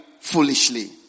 foolishly